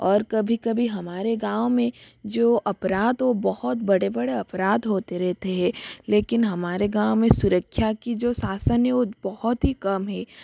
और कभी कभी हमारे गाँव में जो अपराध वो बहुत बड़े बड़े अपराध होते रहते हैं लेकिन हमारे गाँव में सुरक्षा का जो साशन है वो बहुत ही कम है